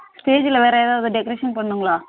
ஸ்டேஜில் வேறு ஏதாவது டெக்ரேஷன் பண்ணுங்களா